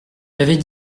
l’avez